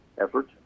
effort